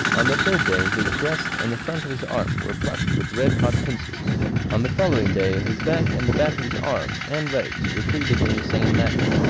on the third day his breast and the front of his arm were plucked with red-hot pincers on the following day his back and the back of his arm, and legs, were treated in the same manner.